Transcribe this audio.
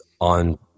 on